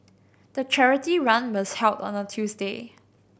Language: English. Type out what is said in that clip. the charity run was held on a Tuesday